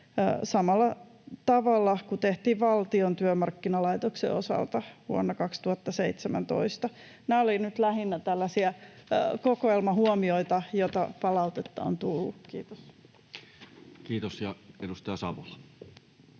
samalla tavalla kuin tehtiin Valtion työmarkkinalaitoksen osalta vuonna 2017. Nämä olivat nyt lähinnä tällainen kokoelma huomioita palautteesta, jota on tullut. — Kiitos. [Speech